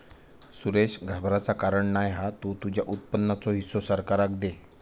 सुरेश घाबराचा कारण नाय हा तु तुझ्या उत्पन्नाचो हिस्सो सरकाराक दे